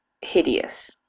hideous